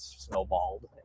Snowballed